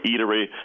eatery